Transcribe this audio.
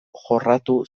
jorratu